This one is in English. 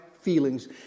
feelings